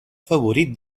favorit